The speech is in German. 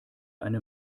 eine